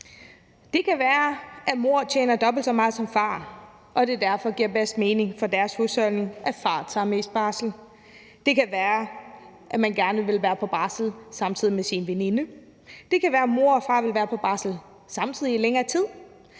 Det kan være, at mor tjener dobbelt så meget som far, og at det derfor giver bedst mening for deres husholdning, at far tager mest barsel. Det kan være, at man gerne vil være på barsel samtidig med sin veninde. Det kan være, at mor og far vil være på barsel samtidig i længere tid,